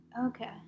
Okay